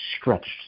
stretched